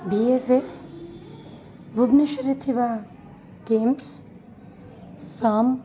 V S S ଭୁବନେଶ୍ୱରରେ ଥିବା କିମସ୍ ସମ୍